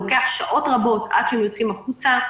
לוקח שעות רבות עד שהם יוצאים החוצה,